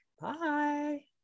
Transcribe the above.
Bye